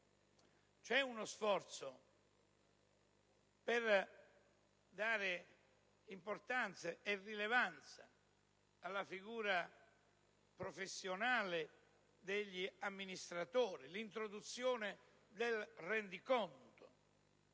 C'è uno sforzo per dare importanza e rilevanza alla figura professionale degli amministratori, con l'introduzione del rendiconto.